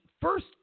first